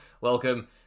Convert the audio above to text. welcome